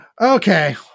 okay